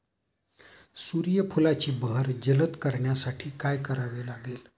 सूर्यफुलाची बहर जलद करण्यासाठी काय करावे लागेल?